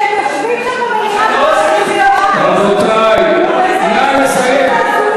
שהם יושבים שם במליאה, רבותי, נא לסיים.